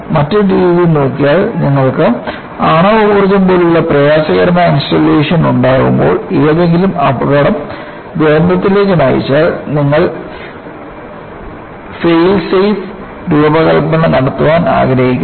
മറ്റൊരു രീതിയിൽ നോക്കിയാൽ നിങ്ങൾക്ക് ആണവ ഊർജ്ജം പോലുള്ള പ്രയാസകരമായ ഇൻസ്റ്റാളേഷനുകൾ ഉണ്ടാകുമ്പോൾ ഏതെങ്കിലും അപകടം ദുരന്തത്തിലേക്ക് നയിച്ചാൽ നിങ്ങൾ ഫെയിൽ സേഫ് രൂപകൽപ്പന നടത്താൻ ആഗ്രഹിക്കുന്നു